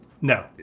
No